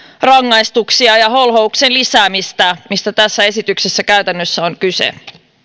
rangaistuksia ja holhouksen lisäämistä mistä tässä esityksessä käytännössä on kyse